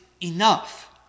enough